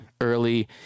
early